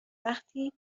وقتی